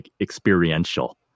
experiential